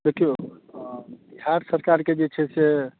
देखियौ बिहार सरकार के जे छै से